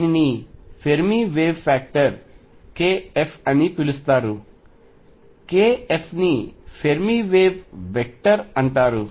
దీనిని Fermi wave factor kF అని పిలుస్తారు kF ని ఫెర్మి వేవ్ వెక్టర్ అంటారు